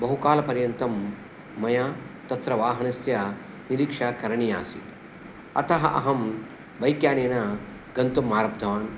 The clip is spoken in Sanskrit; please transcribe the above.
बहु कालपर्यन्तं मया तत्र वाहनस्य निरीक्षा करणीया आसीत् अतः अहं बैक् यानेन गन्तुम् आरब्धवान्